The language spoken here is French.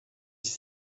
dix